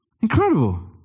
Incredible